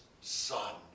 son